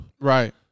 Right